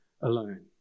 alone